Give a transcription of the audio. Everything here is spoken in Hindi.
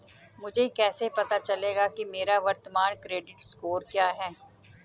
मुझे कैसे पता चलेगा कि मेरा वर्तमान क्रेडिट स्कोर क्या है?